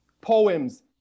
Poems